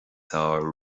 fearr